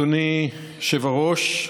אדוני היושב-ראש,